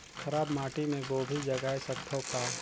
खराब माटी मे गोभी जगाय सकथव का?